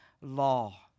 law